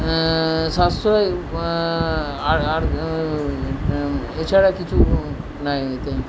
সাশ্রয় আর আর এছাড়া কিছু নাই এতে